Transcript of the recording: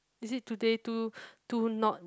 is it today too too not